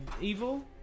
evil